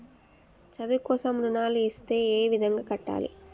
చదువు కోసం రుణాలు ఇస్తే ఏ విధంగా కట్టాలి?